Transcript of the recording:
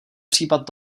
případ